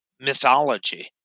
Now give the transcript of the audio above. mythology